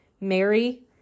Mary